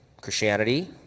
Christianity